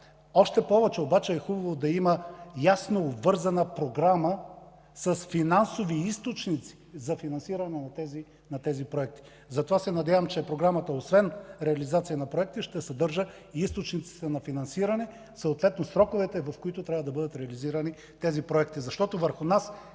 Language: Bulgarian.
още повече обаче е хубаво да има ясно обвързана програма с финансови източници за финансиране на тези проекти. Надявам се, че програмата освен реализация на проекта, ще съдържа и източниците на финансиране, съответно сроковете, в които трябва да бъдат реализирани тези проекти, защото върху нас